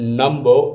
number